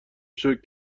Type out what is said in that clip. شکر